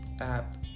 app